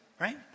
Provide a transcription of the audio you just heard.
right